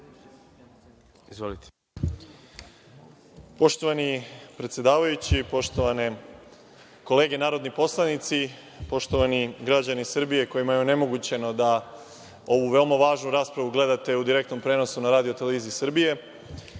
Poštovani predsedavajući, poštovane kolege narodni poslanici, poštovani građani Srbije, kojima je onemogućeno da ovu veoma važnu raspravu gledate u direktnom prenosu na RTS, poštovani